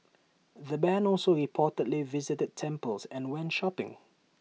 the Band also reportedly visited temples and went shopping